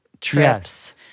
trips